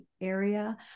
area